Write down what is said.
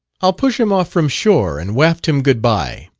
i'll push him off from shore and waft him good-bye.